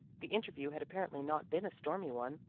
the interview had apparently not been a stormy one.